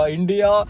India